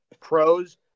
pros